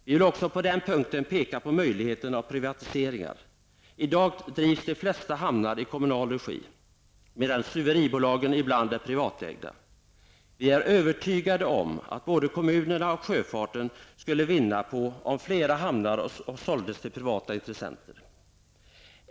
Vi vill också på den punkten peka på möjligheten av privatiseringar. I dag drivs de flesta hamnar i kommunal regi, medan stuveribolagen ibland är privatägda. Vi är övertygade om att både kommunerna och sjöfarten skulle vinna på om flera hamnar såldes till privata intressenter.